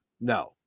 No